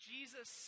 Jesus